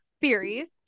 Theories